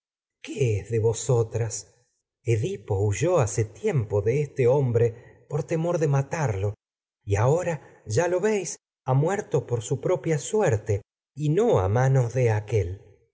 qué es de vosotras edipo huyó hace tiempo de este hombre por de temor matarlo y ahora ya lo veis ha muerto por su propia suerte y no a manos de aquél